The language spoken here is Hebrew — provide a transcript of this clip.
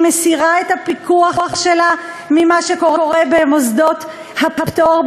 מסירה את הפיקוח שלה ממה שקורה במוסדות הפטור,